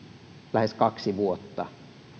lähes kaksi vuotta